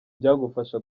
byagufasha